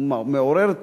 הוא מעורר תהיות,